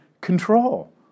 control